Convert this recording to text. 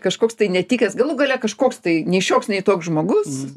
kažkoks tai netikęs galų gale kažkoks tai nei šioks nei toks žmogus